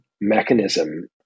mechanism